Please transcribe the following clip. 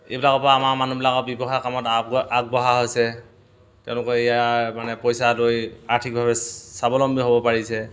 এইবিলাকৰ পৰা আমাৰ মানুহবিলাকৰ ব্যৱসায় কামত আগ আগবঢ়া হৈছে তেওঁলোকে ইয়াৰ মানে পইচা লৈ আৰ্থিকভাৱে স্বাৱলম্বী হ'ব পাৰিছে